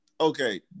okay